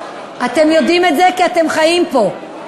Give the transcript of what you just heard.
אתם יודעים את זה כי אתם חיים פה.